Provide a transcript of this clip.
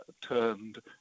turned